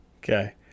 Okay